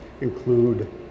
include